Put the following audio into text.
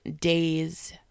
days